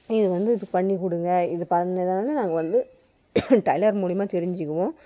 இது வந்து இது பண்ணிக்கொடுங்க இது பண்ணனதுனால நாங்கள் இது வந்து டைலர் மூலிமா தெரிஞ்சுக்குவோம்